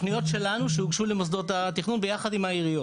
תוכניות שלנו שהוגשו למוסדות תכנון ביחד עם הרשויות.